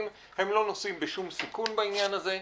והן לא נושאות בשום סיכון בעניין הזה.